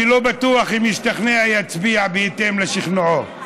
אני לא בטוח שאם הוא ישתכנע הוא יצביע בהתאם לשכנועו.